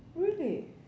really